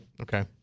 Okay